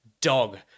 dog